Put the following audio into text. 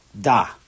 Da